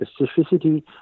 specificity